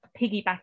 piggybacking